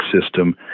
system